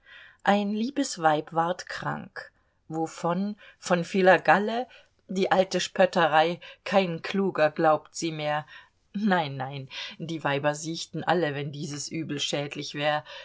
ein liebes weib ward krank wovon von vieler galle die alte spötterei kein kluger glaubt sie mehr nein nein die weiber siechten alle wenn diese übel schädlich wär